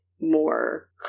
more